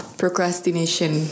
procrastination